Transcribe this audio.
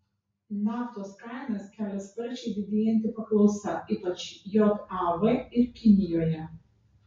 naftos kainas kelia sparčiai didėjanti paklausa ypač jav ir kinijoje